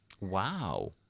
Wow